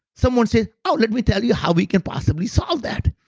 someone says, oh let me tell you how we can possibly solve that.